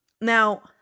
Now